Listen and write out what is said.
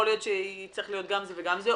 יכול להיות שיצטרך להיות גם זה וגם זה,